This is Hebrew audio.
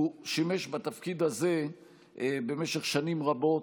הוא שימש בתפקיד הזה במשך שנים רבות,